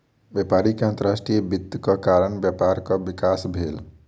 व्यापारी के अंतर्राष्ट्रीय वित्तक कारण व्यापारक विकास भेल